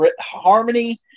harmony